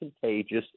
contagious